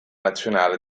nazionale